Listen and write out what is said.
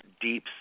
deep